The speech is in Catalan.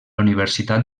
universitat